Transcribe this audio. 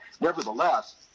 nevertheless